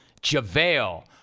JaVale